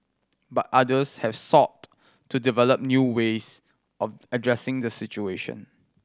but others have sought to develop new ways of addressing the situation